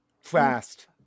Fast